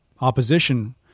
opposition